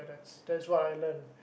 that's what I learn